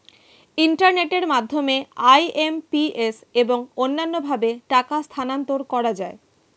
ইন্টারনেটের মাধ্যমে আই.এম.পি.এস এবং অন্যান্য ভাবে টাকা স্থানান্তর করা যায়